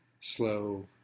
slow